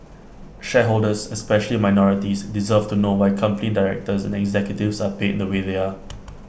shareholders especially minorities deserve to know why company directors and executives are paid the way they are